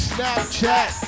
Snapchat